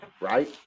right